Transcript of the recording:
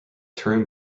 turin